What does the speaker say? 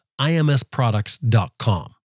IMSproducts.com